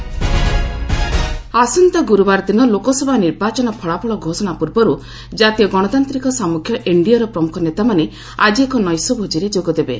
Amit Shah NDA meeting ଆସନ୍ତା ଗୁରୁବାର ଦିନ ଲୋକସଭା ନିର୍ବାଚନ ଫଳାଫଳ ଘୋଷଣା ପୂର୍ବରୁ ଜାତୀୟ ଗଣତାନ୍ତ୍ରିକ ସାମୁଖ୍ୟ ଏନ୍ଡିଏର ପ୍ରମୁଖ ନେତାମାନେ ଆଜି ଏକ ନୈଶ ଭୋଜିରେ ଯୋଗ ଦେବେ